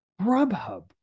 Grubhub